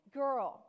girl